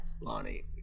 Lonnie